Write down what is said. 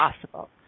possible